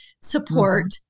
support